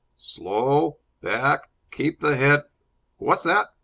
slow back keep the head what's that?